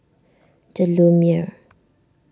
the Lumiere